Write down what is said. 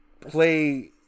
play